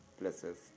places